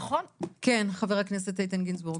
כן, חבר הכנסת איתן גינזבורג.